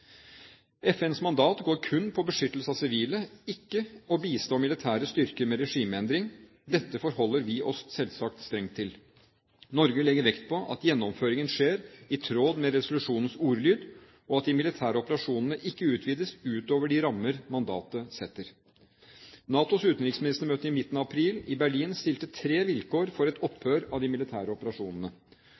FNs mandat går kun på beskyttelse av sivile, ikke å bistå militære styrker med regimeendring. Dette forholder vi oss selvsagt strengt til. Norge legger vekt på at gjennomføringen skjer i tråd med resolusjonens ordlyd, og at de militære operasjonene ikke utvides utover de rammer mandatet setter. NATOs utenriksministermøte i Berlin i midten av april stilte tre vilkår for et opphør av de militære operasjonene